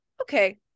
okay